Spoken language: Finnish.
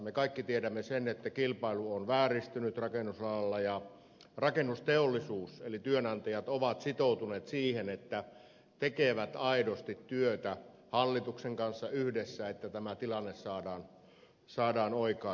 me kaikki tiedämme sen että kilpailu on vääristynyt rakennusalalla ja rakennusteollisuus eli työnantajat ovat sitoutuneet siihen että tekevät aidosti työtä hallituksen kanssa yhdessä että tämä tilanne saadaan oikaistua